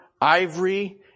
ivory